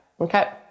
Okay